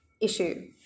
issue